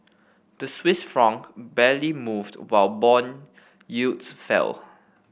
the Swiss Franc barely moved while bond yields fell